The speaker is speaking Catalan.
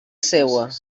seua